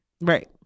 Right